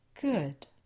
Good